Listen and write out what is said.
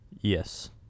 Yes